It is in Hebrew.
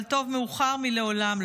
(סמכויות סוהר מחוץ לבית הסוהר),